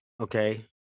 Okay